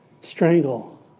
Strangle